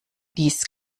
dies